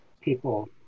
people